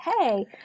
hey